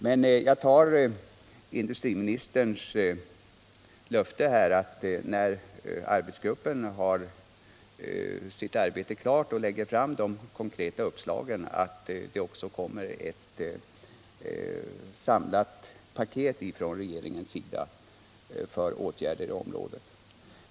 Men jag tar fasta på industriministerns löfte att när arbetsgruppen har slutfört sitt uppdrag och lagt fram konkreta förslag, så kommer ett samlat paket för åtgärder i området ati presenteras av regeringen.